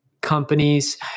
companies